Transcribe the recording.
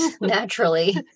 naturally